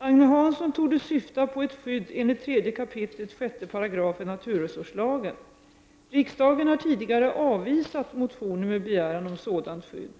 Agne Hansson torde syfta på ett skydd enligt 3 kap. 6§ naturresurslagen. Riksdagen har tidigare avvisat motioner med begäran om sådant skydd.